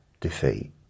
defeat